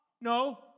No